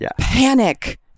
Panic